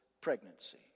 pregnancy